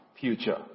future